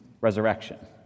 resurrection